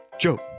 Joe